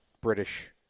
British